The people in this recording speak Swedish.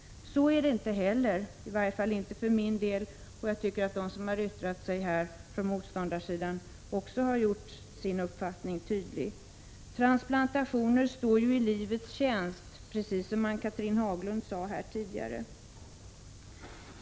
Så är det inte heller — i varje fall inte för min del. Jag tycker också att de andra på motståndarsidan tydligt har klargjort sin uppfattning. Transplantationer står ju i livets tjänst, precis som Ann-Cathrine Haglund sade tidigare.